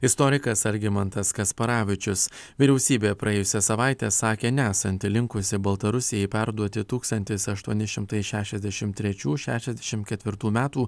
istorikas algimantas kasparavičius vyriausybė praėjusią savaitę sakė nesanti linkusi baltarusijai perduoti tūkstantis aštuoni šimtai šešiasdešim trečių šešiasdešim ketvirtų metų